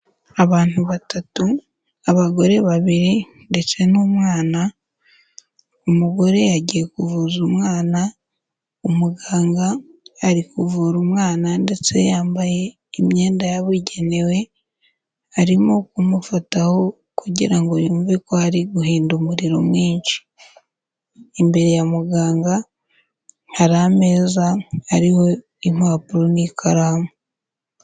Abantu batatu, abagore babiri ndetse n'umwana, umugore yagiye kuvuza umwana, umuganga ari kuvura umwana ndetse yambaye imyenda yabugenewe, arimo kumufataho kugira ngo yumve ko ari guhinda umuriro mwinshi. Imbere ya muganga, hari ameza ariho impapuro n'ikaramu.